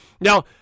Now